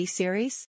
series